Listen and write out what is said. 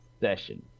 session